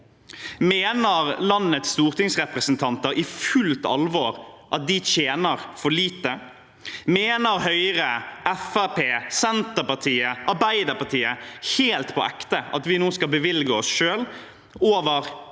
Mener landets stortingsrepresentanter i fullt alvor at de tjener for lite? Mener Høyre, Fremskrittspartiet, Senterpartiet og Arbeiderpartiet helt på ekte at vi nå skal bevilge oss selv